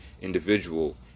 individual